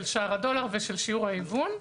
של שער הדולר ושל שיעור ההיוון.